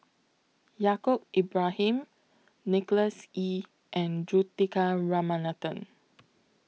Yaacob Ibrahim Nicholas Ee and Juthika Ramanathan